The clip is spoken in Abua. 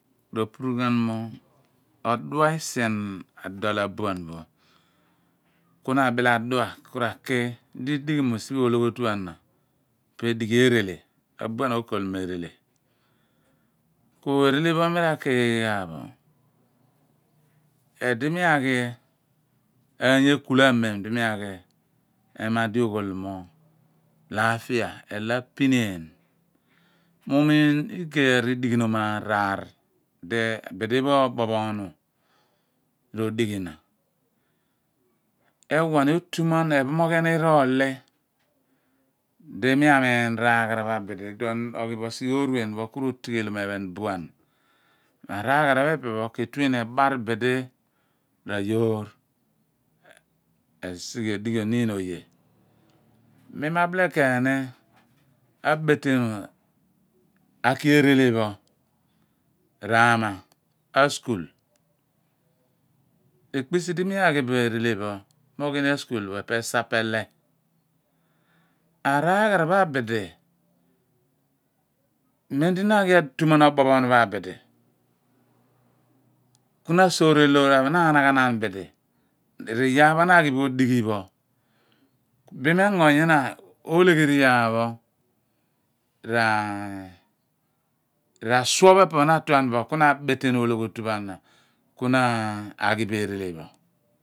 Ro pum ghan mo odua isien adol abuan pho ku na bile adua ku ra ki di idighi mua siphe ologhiotu ana po edighi eerele abuan okol mo eerele ku eerele pho mi ra kiighi ghan bo edi mi aghi eeny ekule amem di mi aghi ehma di ogholo lafia elo apineeny mi uniim igey aridighinom araar di bidi pho obophonu rodighina ewa ni otunan eephomoghan irol ni di mi amiin raaghara abidi adipho oghi bo osighe ooruen ku rotighelom ephen buan eeghare pho epe pho ke ruu ni ebar bieli r'ayoor esighe edighi oniin oye mi ma bile keeni abetenu akei ereele pho raama askul ekpisidi mi aghi bo ereele pho mi aghi ni askul pho epe sapele araaghara pho abuli mem di na aghi atuman aboph oghan r'abul ku na asoore loor ana ku na anaghanam buli r'iyaar pho na aghi bo odighi pho bin m'enyo yina olegheri iyaar pho ra suo pho opo na atuan bo ku abekem pho ologhiotu pho ana ku na aghi bo ereele pho.